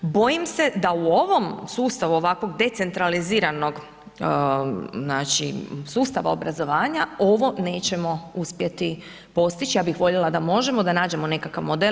Bojim se da u ovom sustavu ovakvog decentraliziranog znači sustava obrazovanja ovo nećemo uspjeti postići, ja bih voljela da možemo, da nađemo nekakav model.